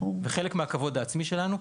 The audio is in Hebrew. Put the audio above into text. וחלק מהכבוד העצמי שלנו.